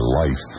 life